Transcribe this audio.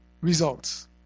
results